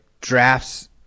drafts –